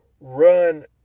run